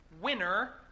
winner